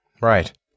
Right